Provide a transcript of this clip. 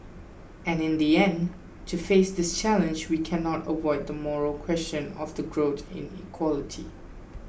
and in the end to face this challenge we cannot avoid the moral question of the growth inequality